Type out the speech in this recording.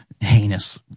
heinous